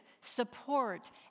support